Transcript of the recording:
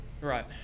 Right